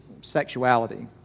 sexuality